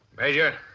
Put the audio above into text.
major,